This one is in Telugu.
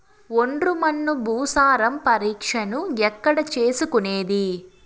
ఒండ్రు మన్ను భూసారం పరీక్షను ఎక్కడ చేసుకునేది?